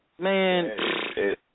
man